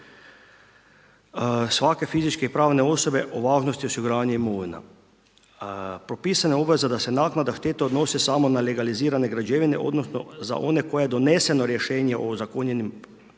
svake fizičke i pravne osobe o važnosti osiguranja imovina. Propisana je obveza da se naknada štete odnosi samo na legalizirane građevine odnosno za one koje je doneseno rješenje o zakonjenju